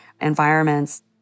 environments